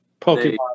Pokemon